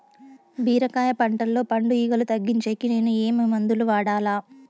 బీరకాయ పంటల్లో పండు ఈగలు తగ్గించేకి నేను ఏమి మందులు వాడాలా?